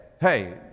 hey